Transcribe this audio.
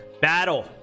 Battle